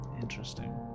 Interesting